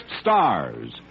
stars